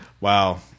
wow